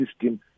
system